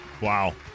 Wow